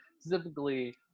specifically